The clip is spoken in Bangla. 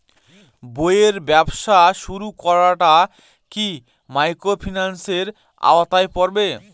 বইয়ের ব্যবসা শুরু করাটা কি মাইক্রোফিন্যান্সের আওতায় পড়বে?